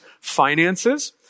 finances